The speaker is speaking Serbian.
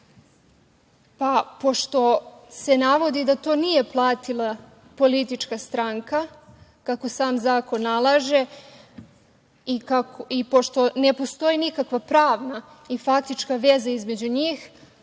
Pošto se navodi da to nije platila politička stranka, kako sam zakon nalaže, i pošto ne postoji nikakva pravna i faktička veza između njih,